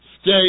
Stay